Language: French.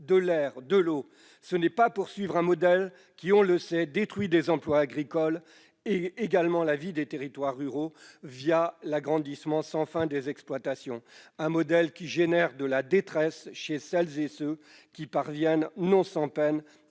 de l'air, de l'eau. Ce n'est pas poursuivre dans la voie d'un modèle qui, on le sait, détruit des emplois agricoles et la vie dans les territoires ruraux, l'agrandissement sans fin des exploitations ; un modèle qui engendre de la détresse chez celles et ceux qui parviennent, non sans peine,